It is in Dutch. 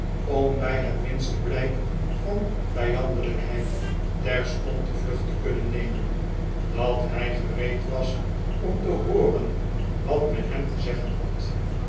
om bij het minste blijk van vijandelijkheid terstond de vlucht te kunnen nemen dat hij gereed was om te hooren wat men hem te zeggen had